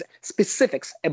specifics